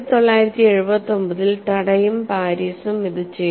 1979 ൽ ടഡയും പാരീസും ഇത് ചെയ്തു